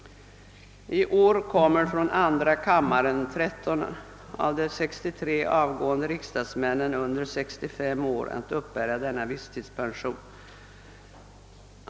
I år kommer från andra kammaren tretton av de 63 avgående riksdagsmännen under 65 år att uppbära denna visstidspension.